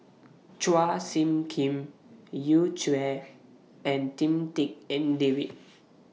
Chua Soo Khim Yu Zhuye and Lim Tik En David